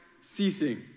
ceasing